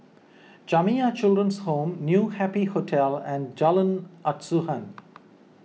Jamiyah Children's Home New Happy Hotel and Jalan Asuhan